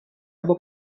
або